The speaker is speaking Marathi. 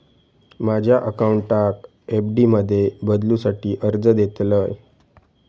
माझ्या अकाउंटाक एफ.डी मध्ये बदलुसाठी अर्ज देतलय